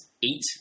eat